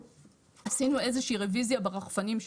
עשינו איזה שהיא רביזיה ברחפנים,